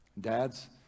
Dads